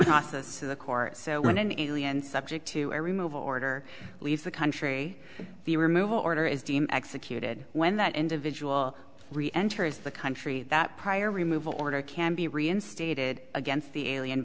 process of the court so when an alien subject to every move order leaves the country the removal order is deemed executed when that individual re enters the country that prior removal order can be reinstated against the alien